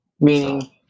Meaning